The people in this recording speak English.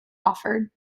offered